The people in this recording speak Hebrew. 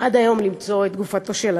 עד היום למצוא את גופתו של הדר.